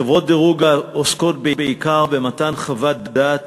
חברות דירוג עוסקות בעיקר במתן חוות דעת